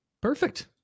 Perfect